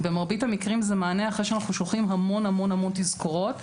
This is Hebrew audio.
במרבית המקרים זה מענה אחרי שאנחנו שולחים המון המון המון תזכורות,